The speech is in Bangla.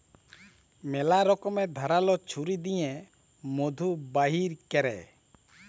ম্যালা রকমের ধারাল ছুরি দিঁয়ে মধু বাইর ক্যরে